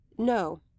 No